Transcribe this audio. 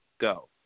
Go